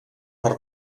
per